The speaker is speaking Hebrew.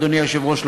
אדוני היושב-ראש,